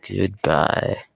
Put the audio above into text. goodbye